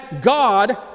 God